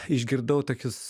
išgirdau tokius